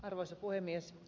arvoisa puhemies